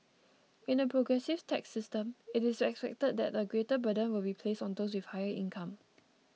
in a progressive tax system it is expected that a greater burden will be placed on those with higher income